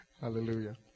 Hallelujah